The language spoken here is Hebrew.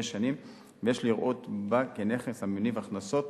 שנים ויש לראות בו נכס המניב הכנסות,